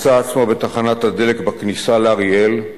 מצא עצמו בתחנת הדלק בכניסה לאריאל,